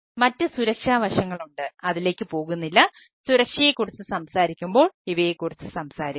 മറ്റ് സുരക്ഷാ വശങ്ങളുണ്ട് അതിലേക്ക് പോകുന്നില്ല സുരക്ഷയെക്കുറിച്ച് സംസാരിക്കുമ്പോൾ ഇവയെക്കുറിച്ച് സംസാരിക്കും